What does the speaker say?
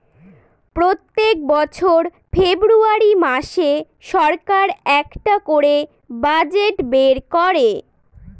প্রত্যেক বছর ফেব্রুয়ারী মাসে সরকার একটা করে বাজেট বের করে